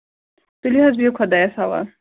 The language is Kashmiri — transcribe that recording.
تُلِو حظ بِہو خۄدایَس حَوالہٕ